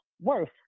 worth